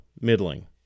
middling